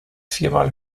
viermal